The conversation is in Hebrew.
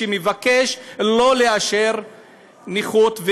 שמבקש שלא לאשר נכות.